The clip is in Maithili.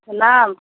प्रणाम